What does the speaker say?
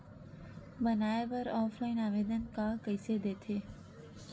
बनाये बर ऑफलाइन आवेदन का कइसे दे थे?